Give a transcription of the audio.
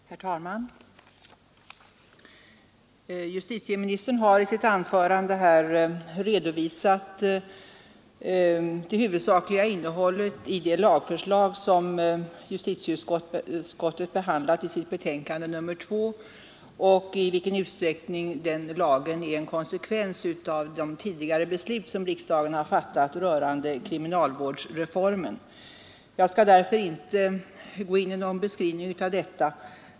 Herr talman! Justitieministern har här redovisat det huvudsakliga innehållet i det lagförslag som justitieutskottet har behandlat i sitt förevarande betänkande nr 2 och i vilken utsträckning den lagen är en konsekvens av de tidigare beslut som riksdagen fattat rörande kriminalvårdsreformen. Därför skall jag inte nu ingå på någon beskrivning av detta.